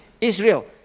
Israel